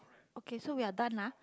okay so we are done ah